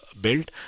built